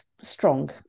strong